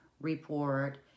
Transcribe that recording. report